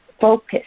focus